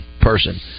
person